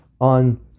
on